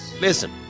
listen